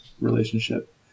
relationship